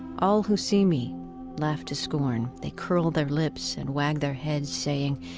all who see me laugh to scorn. they curl their lips and wag their heads saying,